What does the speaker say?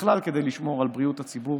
בכלל כדי לשמור על בריאות הציבור